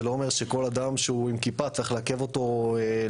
זה לא אומר שכל אדם שהוא עם כיפה צריך לעכב אותו לתחנה.